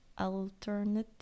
alternative